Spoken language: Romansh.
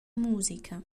musica